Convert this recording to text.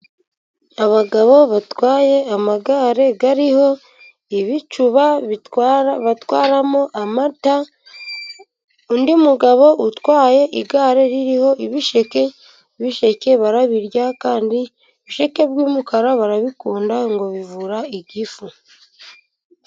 Abagabo batwaye amagare, ariho ibicuba bitwara, batwaramo amata, undi mugabo utwaye igare ririho ibisheke, bisheke barabirya kandi, ibisheke by'umukara, barabikunda ngo bivura igifu.